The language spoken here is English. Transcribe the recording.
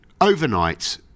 overnight